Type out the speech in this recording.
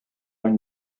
une